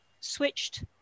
switched